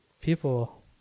people